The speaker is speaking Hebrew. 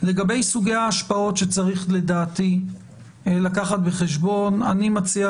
לגבי סוגי ההשפעות שצריך לקחת בחשבון אני מציע,